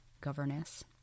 governess